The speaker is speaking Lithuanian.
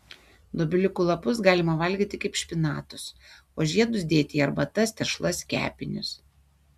dobiliukų lapus galima valgyti kaip špinatus o žiedus dėti į arbatas tešlas kepinius